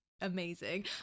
amazing